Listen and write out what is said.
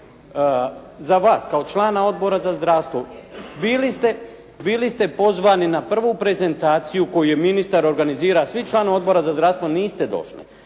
Za vas kao člana Odbora za zdravstvo, bili ste pozvani na prvu prezentaciju koju je ministar organizirao, svi članovi odbora za zdravstvo niste došli.